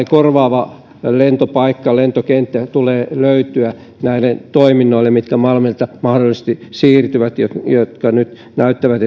korvaava lentopaikka lentokenttä tulee löytyä näille toiminnoille jotka malmilta mahdollisesti siirtyvät jotka nyt näyttävät